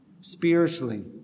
spiritually